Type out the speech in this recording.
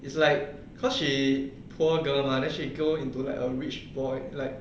it's like cause she poor girl mah then she go into like a rich boy like